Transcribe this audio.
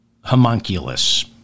homunculus